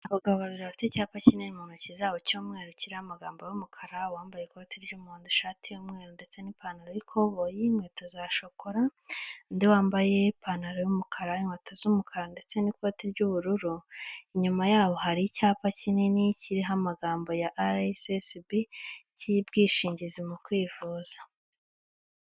Abagabo bafite icyapa kinini mu ntoki zabo cy'umweru kiriho amagambo y'umukara, uwambaye ikoti ry'umuhondo, ishati y'umweru ndetse n'ipantalo y'ikoboyi n'inkweto za shokora, undi wambaye ipantalo y'umukara, inkweto z'umukara ndetse n'ikoti ry'ubururu, inyuma yabo hari icyapa kinini kiriho amagambo ya araesesebi cy'ubwishingizi mu kwivuza,